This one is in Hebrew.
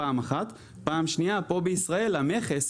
דבר שני, פה בישראל בזמן שהמכס